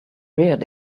reared